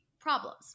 problems